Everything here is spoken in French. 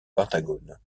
pentagone